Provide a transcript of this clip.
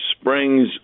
springs